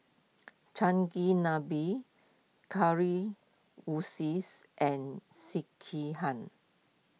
Chigenabe curry woo says and Sekihan